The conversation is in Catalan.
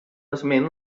esment